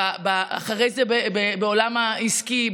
אחרי זה בעולם העסקי,